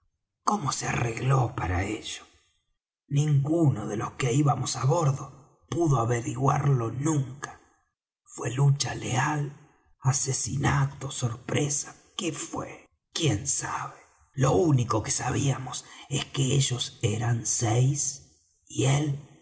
cómo se arregló para ello ninguno de los que íbamos á bordo pudo averiguarlo nunca fué lucha leal asesinato sorpresa que fué quién sabe lo único que sabíamos es que ellos eran seis y él